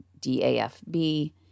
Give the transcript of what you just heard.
DAFB